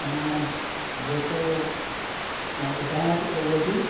हिन मां जेको मां ॿुधायांव थी पोइ उहे बि